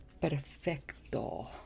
Perfecto